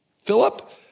Philip